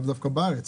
לאו דווקא בארץ